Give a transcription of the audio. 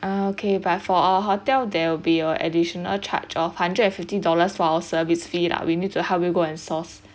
okay but for our hotel there will be an additional charge of hundred and fifty dollars for our service fee lah we need to help you go and source